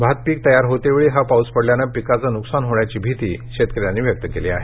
भातपीक तयार होतेवेळी हा पाऊस पडल्यानं पिकाचं नुकसान होण्याची भीती शेतकऱ्यांनी व्यक्त केली आहे